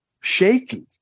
shaky